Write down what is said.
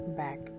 back